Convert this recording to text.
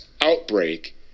outbreak